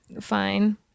fine